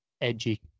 edgy